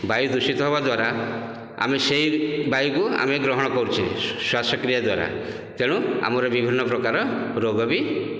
ବାୟୁ ଦୂଷିତ ହେବା ଦ୍ଵାରା ଆମେ ସେଇ ବାୟୁକୁ ଆମେ ଗ୍ରହଣ କରୁଛେ ଶ୍ଵାସକ୍ରିୟା ଦ୍ଵାରା ତେଣୁ ଆମର ବିଭିନ୍ନ ପ୍ରକାର ରୋଗ ବି